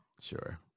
sure